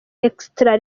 extra